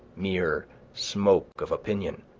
mere smoke of opinion,